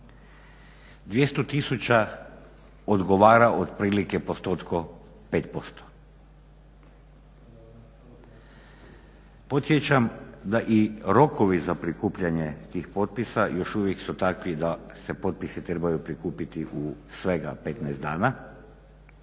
200 tisuća odgovara otprilike postotku 5%. Podsjećam da i rokovi za prikupljanje tih potpisa još uvijek su takvi da se potpisi trebaju prikupiti u svega 15 dana